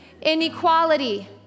Inequality